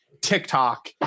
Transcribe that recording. tiktok